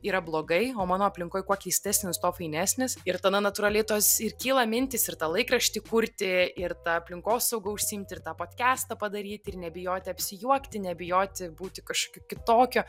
yra blogai o mano aplinkoj kuo keistesnis tuo fainesnis ir tada natūraliai tos ir kyla mintys ir tą laikraštį kurti ir ta aplinkosauga užsiimti ir tą podkastą padaryti ir nebijoti apsijuokti nebijoti būti kažkokiu kitokiu